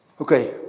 Okay